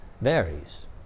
varies